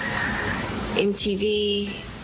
MTV